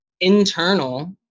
internal